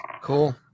Cool